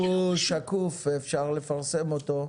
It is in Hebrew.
אם הוא שקוף אפשר לפרסם אותו.